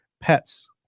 Pets